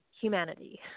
humanity